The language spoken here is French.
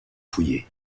fouillé